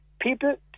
people